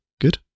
Good